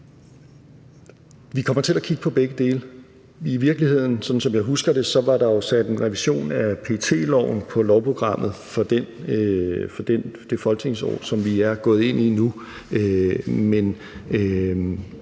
Vi kommer til at kigge på begge dele. Som jeg husker det, var der jo i virkeligheden sat en revision af PET-loven på lovprogrammet for det folketingsår, som vi er gået ind i nu,